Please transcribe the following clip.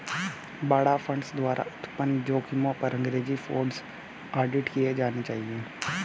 बाड़ा फंड्स द्वारा उत्पन्न जोखिमों पर अंग्रेजी फोकस्ड ऑडिट किए जाने चाहिए